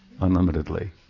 unlimitedly